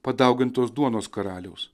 padaugintos duonos karaliaus